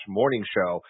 morningshow